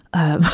ah,